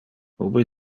ubi